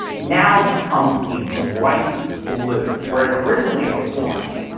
now becomes a bright blue, whereas originally it was orange.